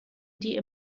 die